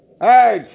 Hey